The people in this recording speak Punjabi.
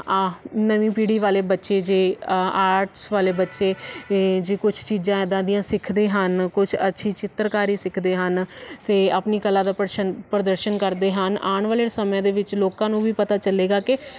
ਆ ਨਵੀਂ ਪੀੜੀ ਵਾਲੇ ਬੱਚੇ ਜੇ ਆਰਟਸ ਵਾਲੇ ਬੱਚੇ ਜੇ ਕੁਝ ਚੀਜ਼ਾਂ ਇਦਾਂ ਦੀਆਂ ਸਿੱਖਦੇ ਹਨ ਕੁਝ ਅੱਛੀ ਚਿੱਤਰਕਾਰੀ ਸਿੱਖਦੇ ਹਨ ਅਤੇ ਆਪਣੀ ਕਲਾ ਦਾ ਪ੍ਰਸ਼ਨ ਪ੍ਰਦਰਸ਼ਨ ਕਰਦੇ ਹਨ ਆਉਣ ਵਾਲੇ ਸਮੇਂ ਦੇ ਵਿੱਚ ਲੋਕਾਂ ਨੂੰ ਵੀ ਪਤਾ ਚੱਲੇਗਾ ਕਿ